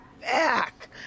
back